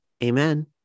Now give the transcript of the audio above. Amen